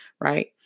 right